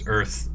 Earth